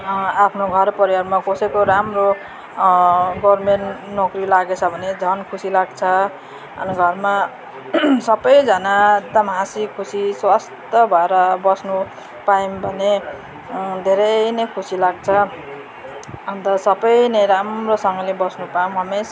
आफ्नो घर परिवारमा कसैको राम्रो गभर्नमेन्ट नोकरी लागेछ भने झन खुसी लाग्छ अनि घरमा सबैजाना एकदम हाँसी खुसी स्वस्थ भर बस्नु पायौँ भने धेरै नै खुसी लाग्छ अन्त सबै नै राम्रोसँगले बस्नु पाउँ हमेसा